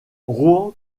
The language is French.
rouen